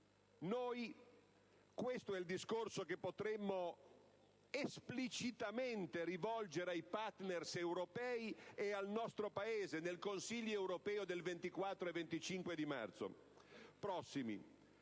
Questo è il discorso che potremmo esplicitamente rivolgere ai *partner* europei e al nostro Paese nel Consiglio europeo del 24 e 25 marzo